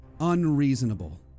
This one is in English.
unreasonable